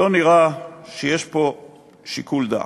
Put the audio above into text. לא נראה שיש פה שיקול דעת.